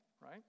right